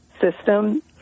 system